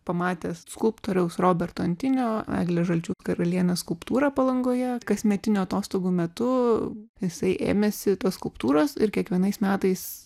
pamatęs skulptoriaus roberto antinio eglės žalčių karalienės skulptūrą palangoje kasmetinių atostogų metu jisai ėmėsi tos skulptūros ir kiekvienais metais